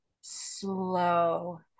slow